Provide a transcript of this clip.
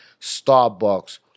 Starbucks